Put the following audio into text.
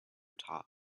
top